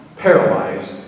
paralyzed